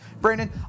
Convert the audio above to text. Brandon